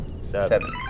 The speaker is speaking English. Seven